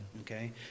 Okay